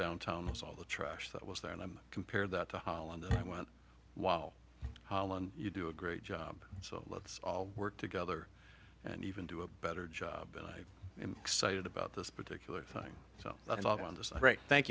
downtown was all the trash that was there and i compare that to holland and i went wow you do a great job so let's all work together and even do a better job in excited about this particular thing so i thought on this a great thank